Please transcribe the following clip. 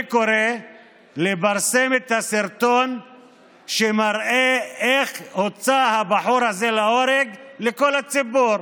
אני קורא לפרסם את הסרטון שמראה איך הוצא הבחור הזה להורג לכל הציבור.